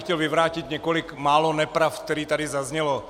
Chtěl bych vyvrátit několik málo nepravd, které tady zazněly.